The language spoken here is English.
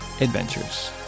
adventures